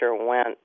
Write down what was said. went